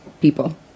people